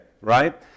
right